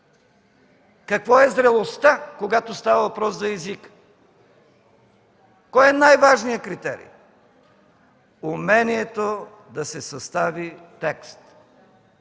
Какво е зрелостта, когато става въпрос за езика? Кой е най-важният критерий? – Умението да се състави текст.